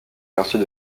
quartier